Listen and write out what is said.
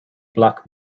black